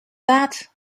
that